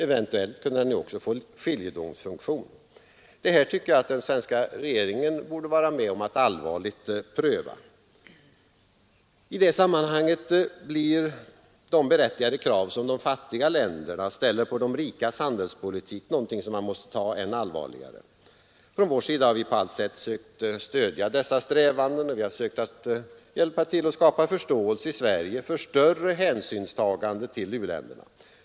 Eventuellt kan den också få skiljedomsfunktion. Det här tycker jag att den svenska regeringen borde vara med om att allvarligt pröva. I det sammanhanget blir de berättigade krav som de fattiga länderna ställer på de rikas handelspolitik någonting som man måste ta än allvarligare. Från vår sida har vi på allt sätt sökt stödja dessa strävanden. Vi har sökt hjälpa till att skapa förståelse i Sverige för nödvändigheten av större hänsynstagande till u-länderna.